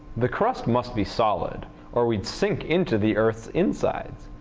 the crust must be solid or we'd sink into the earth's insides.